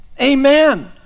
Amen